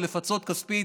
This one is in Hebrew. ולפצות כספית,